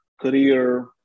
career